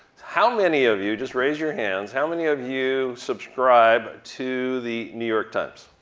how many of you, just raise your hands, how many of you subscribe to the new york times?